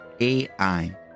AI